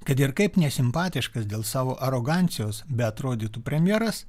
kad ir kaip nesimpatiškas dėl savo arogancijos beatrodytų premjeras